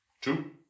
two